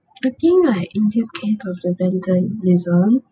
to think like in this case of defendant is on